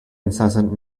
incessant